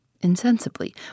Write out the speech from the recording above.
Insensibly